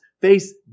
Face